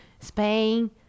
Spain